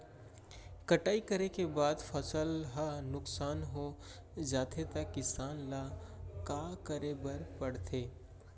कटाई करे के बाद फसल ह नुकसान हो जाथे त किसान ल का करे बर पढ़थे?